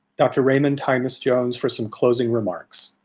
dr. raymond tymas-jones for some closing remarks.